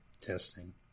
testing